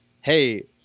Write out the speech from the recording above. hey –